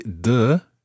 de